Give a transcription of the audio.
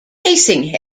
casing